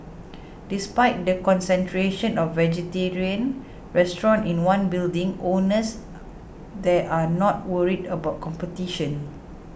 despite the concentration of vegetarian restaurants in one building owners there are not worried about competition